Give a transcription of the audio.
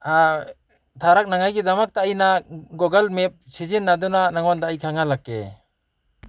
ꯊꯥꯔꯛꯅꯉꯥꯏꯒꯤꯗꯃꯛꯇ ꯑꯩꯅ Google map ꯁꯤꯖꯤꯟꯅꯗꯨꯅ ꯅꯉꯣꯟꯗ ꯑꯩ ꯈꯪꯍꯜꯂꯛꯀꯦ